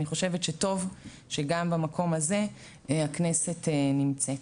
אני חושבת שטוב שגם במקום הזה הכנסת נמצאת.